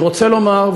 אני רוצה לומר,